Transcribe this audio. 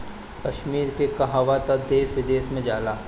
कश्मीर के कहवा तअ देश विदेश में जाला